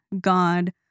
God